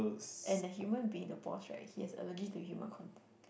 and the human being the boss right he has allergy to human contact